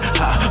ha